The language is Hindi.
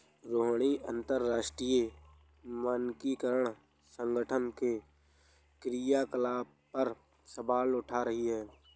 रोहिणी अंतरराष्ट्रीय मानकीकरण संगठन के क्रियाकलाप पर सवाल उठा रही थी